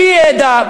בלי ידע,